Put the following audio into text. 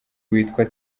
witwa